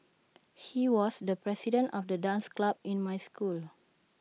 he was the president of the dance club in my school